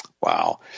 Wow